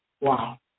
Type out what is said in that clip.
wow